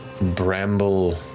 bramble